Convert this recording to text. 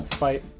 fight